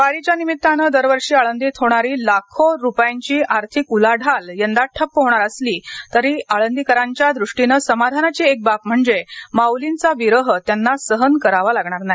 वारीच्या निमित्तानं दरवर्षी आळंदीत होणारी लाखो रुपयांची आर्थिक उलाढाल यंदा ठप्प होणार असली तरी आळंदीकरांच्या द्रष्टीनं समाधानाची एक बाब म्हणजे माउलींचा विरह त्यांना सहन करावा लागणार नाही